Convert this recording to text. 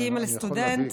כאימא לסטודנט,